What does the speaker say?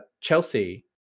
Chelsea